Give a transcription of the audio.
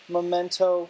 Memento